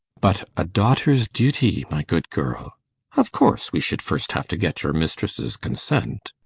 but a daughter's duty, my good girl of course, we should first have to get your mistress's consent.